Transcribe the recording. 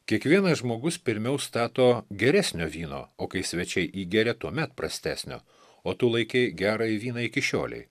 kiekvienas žmogus pirmiau stato geresnio vyno o kai svečiai įgeria tuomet prastesnio o tu laikei gerąjį vyną iki šiolei